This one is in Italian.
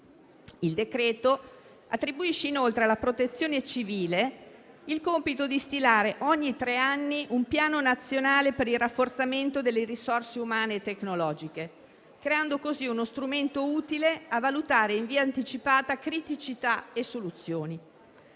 Il provvedimento attribuisce inoltre alla protezione civile il compito di stilare ogni tre anni un Piano nazionale per il rafforzamento delle risorse umane e tecnologiche, creando così uno strumento utile a valutare in via anticipata criticità e soluzioni.